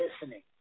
listening